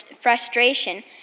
frustration